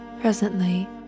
Presently